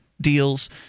deals